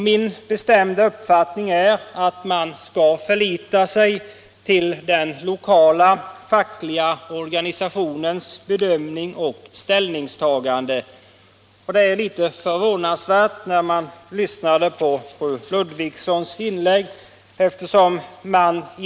Min bestämda uppfattning är att man skall förlita sig till den lokala fackliga organisationens bedömning och ställningstagande. Jag blev litet förvånad när jag lyssnade till fru Ludvigsson.